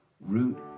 Root